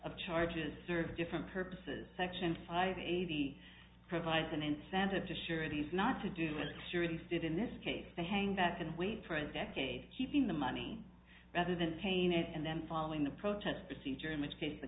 of charges serve different purposes section five eighty provides an incentive to share these not to do this series did in this case they hang back and wait for a decade keeping the money rather than paying it and then following the protests procedure in which case the